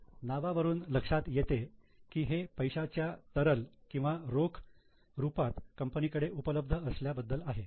नावावरून लक्षात येते की हे पैशाच्या तरल किंवा रोख रुपात कंपनी कडे उपलब्ध असल्याबद्दल आहे